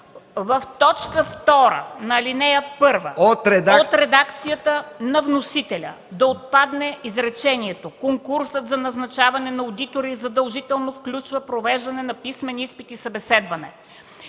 В т. 2 на ал. 1 от редакцията на вносителя да отпадне изречението: „Конкурсът за назначаване на одитори задължително включва провеждане на писмен изпит и събеседване”.